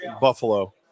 Buffalo